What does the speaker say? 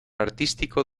artístico